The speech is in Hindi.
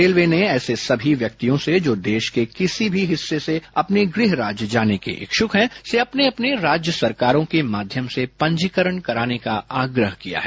रेलवे ने ऐसे समी व्यक्तियों से जॉ देश के किसी भी हिस्से से अपने गृह राज्य जाने के इच्छुक हैं से अपने अपने राज्य सरकारों के माध्यम से पंजीकरण कराने का आग्रह किया है